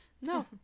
No